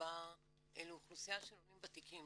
ברובה לאוכלוסייה של עולים ותיקים,